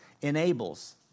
enables